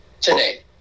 today